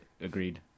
Agreed